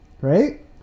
Right